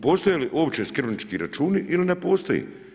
Postoje li uopće skrbnički računi ili ne postoje?